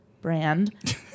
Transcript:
brand